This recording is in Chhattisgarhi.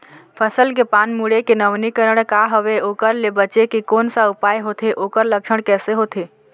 फसल के पान मुड़े के नवीनीकरण का हवे ओकर ले बचे के कोन सा उपाय होथे ओकर लक्षण कैसे होथे?